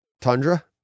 Tundra